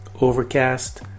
Overcast